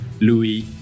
Louis